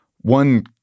one